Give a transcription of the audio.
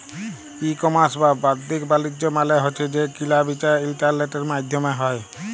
ই commerce বা বাদ্দিক বালিজ্য মালে হছে যে কিলা বিচা ইলটারলেটের মাইধ্যমে হ্যয়